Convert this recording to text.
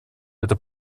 это